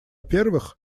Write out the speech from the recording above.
первых